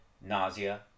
nausea